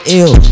ill